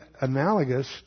analogous